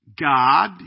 God